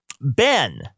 Ben